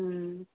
ꯎꯝ